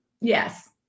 Yes